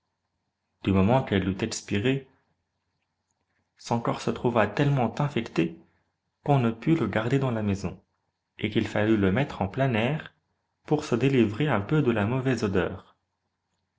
du moment qu'elle eut expiré son corps se trouva tellement infecté qu'on ne put le garder dans la maison et qu'il fallut le mettre en plein air pour se délivrer un peu de la mauvaise odeur